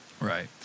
Right